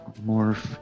Morph